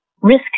risk